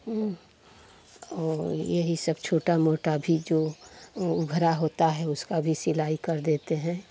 और यही सब छोटा मोटा भी जो उभरा होता है उसका भी सिलाई कर देते हैं